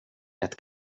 ett